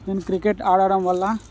నేను క్రికెట్ ఆడటం వల్ల